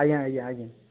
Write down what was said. ଆଜ୍ଞା ଆଜ୍ଞା ଆଜ୍ଞା